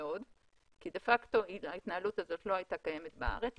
מאוד כי דה פקטו ההתנהלות הזאת לא הייתה קיימת בארץ,